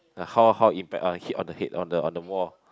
the how how impact on the hit on the head on the on the wall